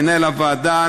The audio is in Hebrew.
מנהל הוועדה,